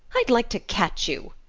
i'd like to catch you!